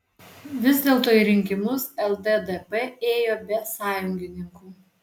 vis dėlto į rinkimus lddp ėjo be sąjungininkų